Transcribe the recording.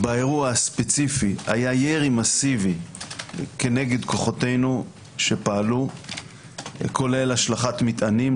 באירוע הספציפי היה ירי מסיבי כנגד כוחותינו שפעלו כולל השלכת מטענים,